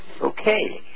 Okay